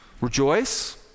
rejoice